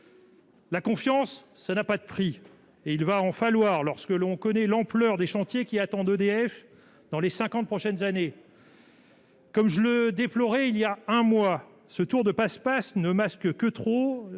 La confiance, ça n'a pas de prix et il va en falloir lorsque l'on connaît l'ampleur des chantiers qui attendent EDF dans les 50 prochaines années. Comme je le déplorer, il y a un mois, ce tour de passe-passe ne masque que trop